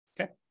okay